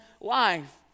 life